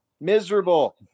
miserable